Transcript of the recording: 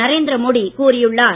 நரேந்திர மோடி கூறியுள்ளார்